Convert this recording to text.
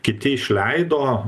kiti išleido